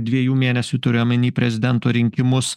dviejų mėnesių turiu omeny prezidento rinkimus